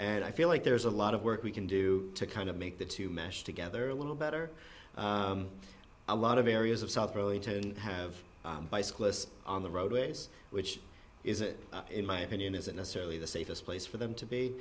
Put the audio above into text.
and i feel like there's a lot of work we can do to kind of make the two mesh together a little better a lot of areas of south burlington have bicyclists on the roadways which is it in my opinion isn't necessarily the safest place for them to be